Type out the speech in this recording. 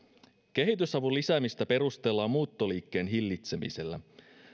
kehitysavun lisäämistä perustellaan muuttoliikkeen hillitsemisellä